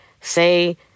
Say